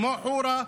כמו חורה.